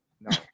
no